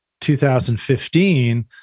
2015